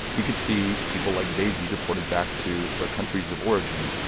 we could see people like daisy deported back to their countries of origin.